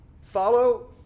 Follow